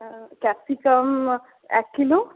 capsicum এক kilo